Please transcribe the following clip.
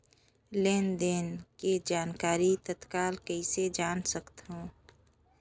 लेन देन के जानकारी तत्काल कइसे जान सकथव?